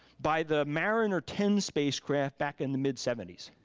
by the mariner ten spacecraft back in the mid seventy s.